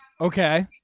Okay